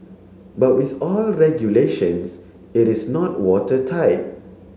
but with all regulations it is not watertight